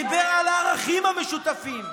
דיבר על הערכים המשותפים.